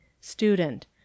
student